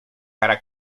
para